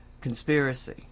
conspiracy